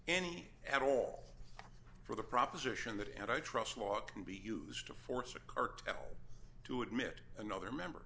any at all for the proposition that and i trust law can be used to force a cartel to admit another member